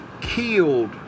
killed